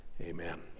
Amen